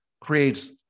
creates